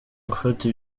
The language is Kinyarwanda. gufata